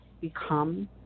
become